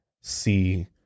see